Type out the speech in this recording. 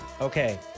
Okay